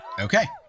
Okay